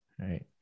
Right